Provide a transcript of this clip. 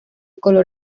color